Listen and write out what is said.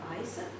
ice